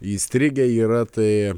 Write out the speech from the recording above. įstrigę yra tai